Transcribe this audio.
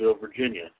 Virginia